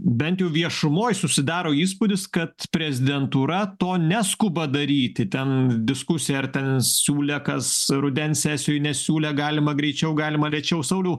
bent jau viešumoj susidaro įspūdis kad prezidentūra to neskuba daryti ten diskusija ar ten siūlė kas rudens sesijoj nesiūlė galima greičiau galima lėčiau sauliau